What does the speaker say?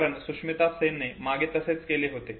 कारण सुष्मिता सेनने मागे तसेच केले होते